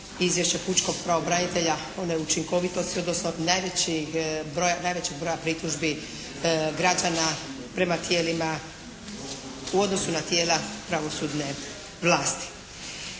Izvješće pučkog pravobranitelja o neučinkovitosti, odnosno najvećeg broja pritužbi građana prema tijelima u odnosu na tijela pravosudne vlasti.